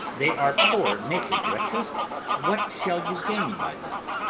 they are poor naked wretches what shall you gain by them?